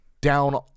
down